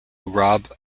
rob